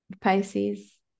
Pisces